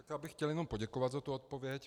Já bych chtěl jenom poděkovat za tu odpověď.